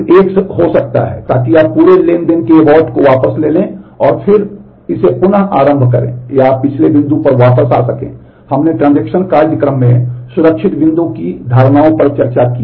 कुल एक हो सकता है ताकि आप पूरे ट्रांज़ैक्शन के एबोर्ट कार्यक्रम में सुरक्षित बिंदु की धारणाओं पर चर्चा की